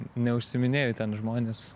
neužsiiminėju ten žmonės